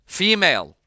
female